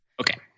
Okay